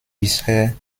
bisher